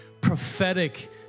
prophetic